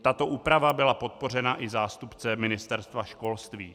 Tato úprava byla podpořena i zástupcem Ministerstva školství.